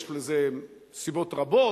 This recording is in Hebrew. יש לזה סיבות רבות.